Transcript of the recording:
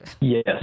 Yes